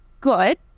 good